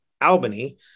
Albany